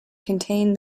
contained